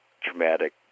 traumatic